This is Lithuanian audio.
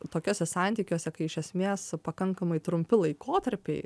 tokiuose santykiuose kai iš esmės pakankamai trumpi laikotarpiai